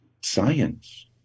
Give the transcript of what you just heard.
science